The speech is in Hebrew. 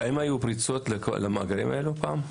האם היו פריצות למאגרים האלה פעם?